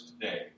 today